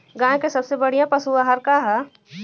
गाय के सबसे बढ़िया पशु आहार का ह?